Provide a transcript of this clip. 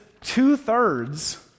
two-thirds